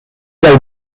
dal